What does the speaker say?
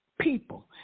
people